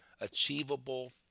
achievable